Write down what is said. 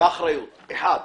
ואחריות אחת.